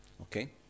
Okay